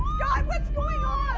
what's going on?